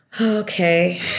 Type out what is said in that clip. Okay